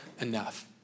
enough